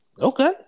Okay